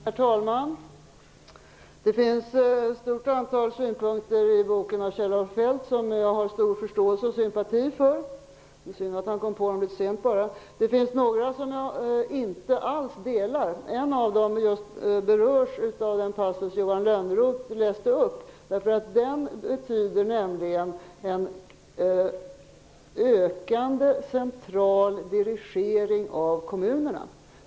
Herr talman! Det finns ett stort antal synpunkter i Kjell-Olof Feldts bok som jag har stor förståelse och sympati för. Det är bara synd att han kom på dem litet sent. Det finns några synpunkter som jag alls inte delar. En av dessa hänger samman med den passus som Johan Lönnroth läste upp, vilken innebär en ökande central dirigering av kommunerna.